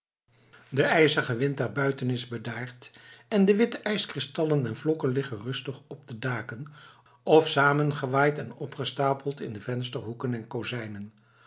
de ijzige wind daarbuiten is bedaard en de witte ijskristallen en vlokken liggen rustig op de daken of samengewaaid en opgestapeld in vensterhoeken en kozijnen